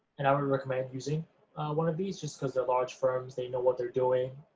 and i would and recommend using one of these just because they're large firms, they know what they're doing,